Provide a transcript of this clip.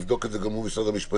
לבדוק את זה גם מול משרד המשפטים,